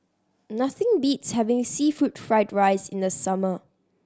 nothing beats having seafood fried rice in the summer